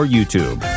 YouTube